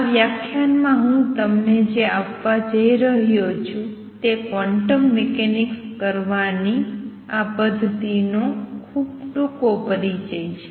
આ વ્યાખ્યાનમાં હું તમને જે આપવા જઈ રહ્યો છું તે ક્વોન્ટમ મિકેનિક્સ કરવાની આ પદ્ધતિનો ખૂબ ટૂંકો પરિચય છે